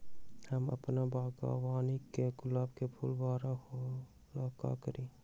हम अपना बागवानी के गुलाब के फूल बारा होय ला का करी?